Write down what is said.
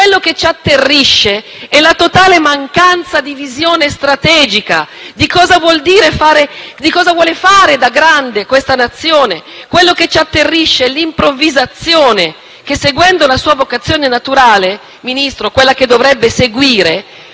Quello che ci atterrisce è la totale mancanza di visione strategica, di cosa vuol fare da grande questa Nazione. Quello che ci atterrisce è l'improvvisazione che, seguendo la sua vocazione naturale, Ministro, quella che dovrebbe seguire,